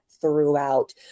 throughout